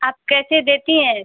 आप कैसे देती हैं